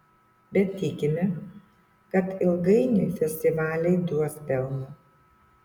bet tikime kad ilgainiui festivaliai duos pelną